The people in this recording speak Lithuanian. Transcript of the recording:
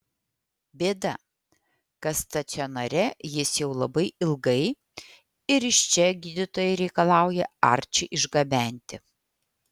bėda kas stacionare jis jau labai ilgai ir iš čia gydytojai reikalauja arčį išgabenti